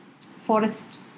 Forest